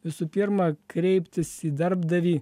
visų pirma kreiptis į darbdavį